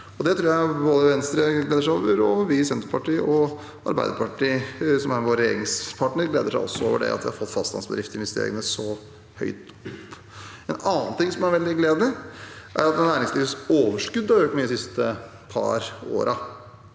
Det tror jeg Venstre gleder seg over. Vi i Senterpartiet og Arbeiderpartiet, som er vår regjeringspartner, gleder oss også over at vi har fått fastlandsbedriftsinvesteringene så høyt opp. En annen ting som er veldig gledelig, er at næringslivets overskudd har økt mye de siste par årene.